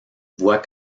voit